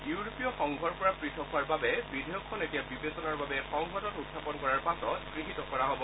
ইউৰোপীয় সংঘৰ পৰা পৃথক হোৱাৰ বাবে বিধেয়কখন এতিয়া বিবেচনাৰ বাবে সংসদত উখাপন কৰাৰ পাছত গৃহীত কৰা হব